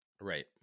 right